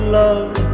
love